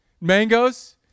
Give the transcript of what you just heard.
Mangoes